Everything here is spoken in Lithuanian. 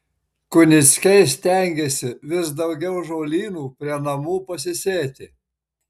kunickiai stengiasi vis daugiau žolynų prie namų pasisėti